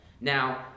Now